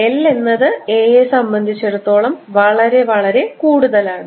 L എന്നത് a യെ സംബന്ധിച്ചിടത്തോളം വളരെ വളരെ കൂടുതലാണ്